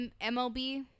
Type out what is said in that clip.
MLB